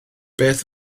beth